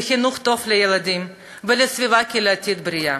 לחינוך טוב לילדים ולסביבה קהילתית בריאה.